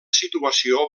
situació